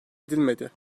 edilmedi